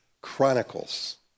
Chronicles